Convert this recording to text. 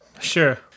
Sure